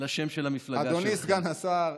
לשם של המפלגה שלכם.